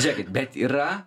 žėkit bet yra